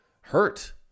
hurt